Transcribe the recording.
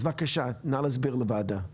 אז בבקשה, נא להסביר לוועדה.